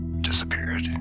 disappeared